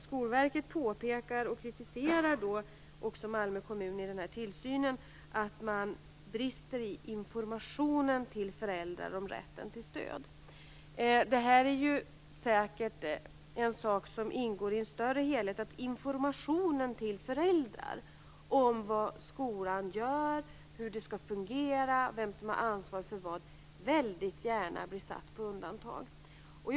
Skolverket kritiserar i sin tillsyn Malmö kommun och påpekar att kommunen brister i informationen till föräldrar om rätten till stöd. Det här är säkert något som ingår i en större helhet. Informationen till föräldrar om vad skolan gör, hur det skall fungera och vem som har ansvar för vad blir väldigt gärna satt på undantag.